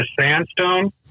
sandstone